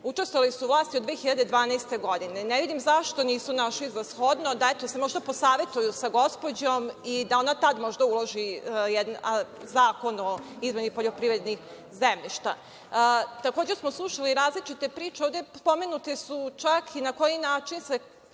Učestvovali su u vlasti od 2012. godine i ne vidim zašto nisu našli za shodno da se, eto, možda posavetuju sa gospođom i da ona tad možda uloži zakon o izmeni poljoprivrednih zemljišta. Takođe smo slušali različite priče i ovde je spomenuto čak na koji način se